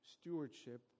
stewardship